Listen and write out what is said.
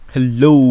Hello